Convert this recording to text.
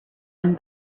one